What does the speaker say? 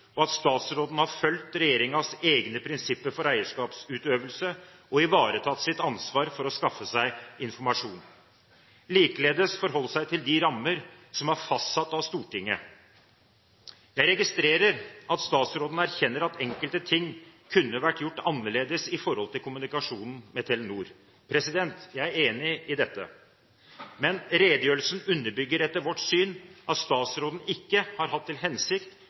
og at statsråden har fulgt regjeringens egne prinsipper for eierskapsutøvelse og ivaretatt sitt ansvar for å skaffe seg informasjon, likeledes forholdt seg til de rammer som er fastsatt av Stortinget. Jeg registrerer at statsråden erkjenner at enkelte ting kunne vært gjort annerledes i forhold til kommunikasjonen med Telenor. Jeg er enig i dette. Redegjørelsen underbygger etter vårt syn at statsråden ikke har hatt til hensikt